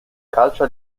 calcio